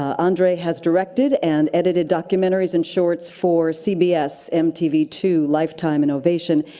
andre has directed and edited documentaries and shorts for cbs, m t v two, lifetime and ovation,